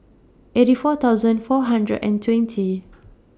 eighty four thousand four hundred and twenty